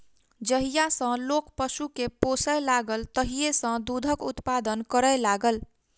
जहिया सॅ लोक पशु के पोसय लागल तहिये सॅ दूधक उत्पादन करय लागल